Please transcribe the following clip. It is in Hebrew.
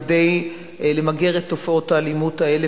כדי למגר את תופעות האלימות האלה.